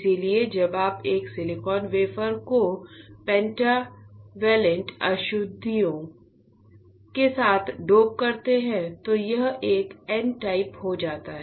इसलिए जब आप एक सिलिकॉन वेफर को पेंटावैलेंट अशुद्धियों के साथ डोप करते हैं तो यह एन टाइप हो जाता है